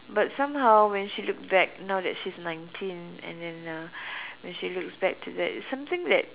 but somehow when she look back now that she's nineteen and then uh when she looks back to that it's something that